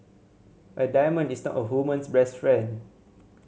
a diamond is not a woman's best friend